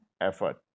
effort